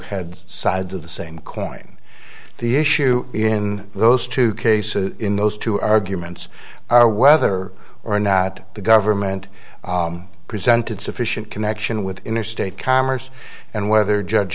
had sides of the same coin the issue in those two cases in those two arguments are whether or not the government presented sufficient connection with interstate commerce and whether judge